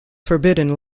forbidden